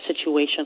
situation